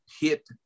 hit